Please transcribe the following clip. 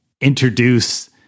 introduce